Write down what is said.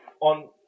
on